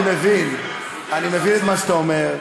אני מבין את מה שאתה אומר.